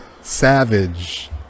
savage